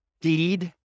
deed